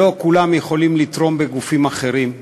לא כולם יכולים לתרום בגופים אחרים,